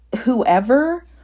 whoever